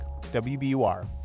WBUR